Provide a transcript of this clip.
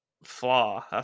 Flaw